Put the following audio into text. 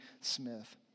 Smith